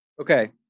Okay